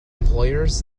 employers